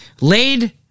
laid